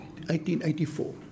1884